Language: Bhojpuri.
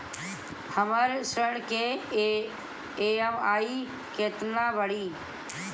हमर ऋण के ई.एम.आई केतना पड़ी?